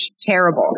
terrible